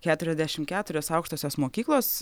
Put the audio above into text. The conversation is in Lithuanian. keturiasdešimt keturios aukštosios mokyklos